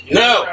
no